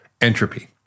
entropy